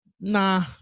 Nah